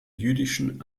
jüdischen